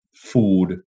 food